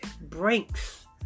Brinks